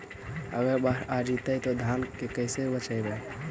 अगर बाढ़ आ जितै तो धान के कैसे बचइबै?